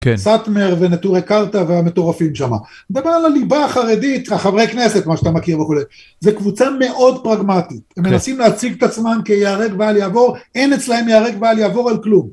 סאטמר ונטורי קרתא והמטורפים שם. דבר על הליבה החרדית, החברי כנסת, מה שאתה מכיר וכו'. זה קבוצה מאוד פרגמטית. הם מנסים להציג את עצמם כי ייהרג ובל יעבור, אין אצלהם ייהרג ובל יעבור על כלום.